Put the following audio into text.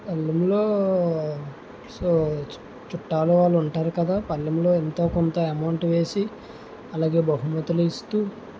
పల్లెల్లో చు చుట్టాలు వాళ్ళు ఉంటారు కదా పళ్ళెంలో ఎంతో కొంత అమౌంట్ వేసి అలాగే బహుమతులు ఇస్తూ